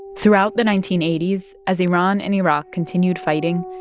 throughout the nineteen eighty s, as iran and iraq continued fighting,